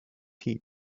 heat